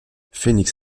phoenix